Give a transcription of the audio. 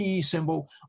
symbol